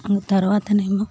తర్వాతనేమో